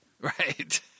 Right